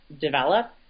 develop